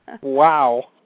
Wow